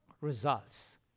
results